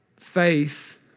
faith